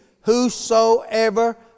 whosoever